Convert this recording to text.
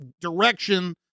direction